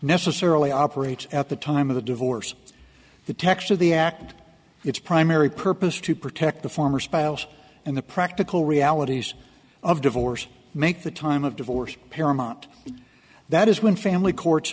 necessarily operates at the time of the divorce the text of the act its primary purpose to protect the former spouse and the practical realities of divorce make the time of divorce paramount that is when family court